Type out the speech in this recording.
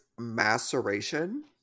maceration